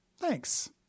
Thanks